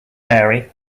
mary